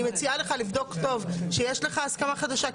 אני מציעה לך לבדוק טוב שיש לך הסכמה חדשה,